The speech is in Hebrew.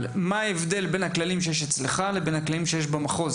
אבל מה ההבדל בין הכללים שיש אצלך לבין הכללים שיש במחוז,